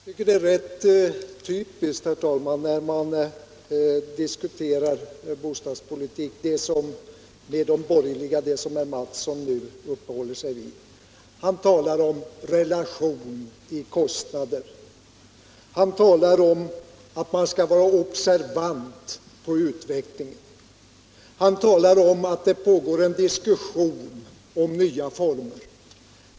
Herr talman! Det är typiskt för de borgerliga när man diskuterar bostadspolitik att uppehålla sig vid sådana saker som herr Mattsson nu anförde. Han talade om relation mellan kostnader. Han talade om att man skall vara observant på utvecklingen. Han talade om att det pågår en diskussion om nya former.